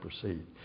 proceed